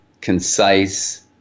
concise